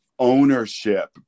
ownership